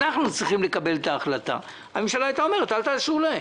אנחנו צריכים לקבל את ההחלטה הממשלה הייתה אומרת: אל תאשרו להם,